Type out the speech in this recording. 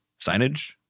signage